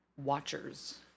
Watchers